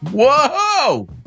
Whoa